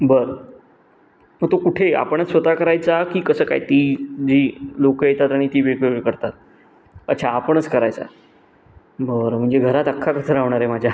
बरं मग तो कुठे आपणच स्वतः करायचा की कसं काय ती जी लोक येतात आणि ती वेगवेगळं करतात अच्छा आपणच करायचा बरं म्हणजे घरात अख्खा कचरा होणार आहे माझ्या